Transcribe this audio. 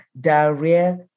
diarrhea